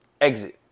exit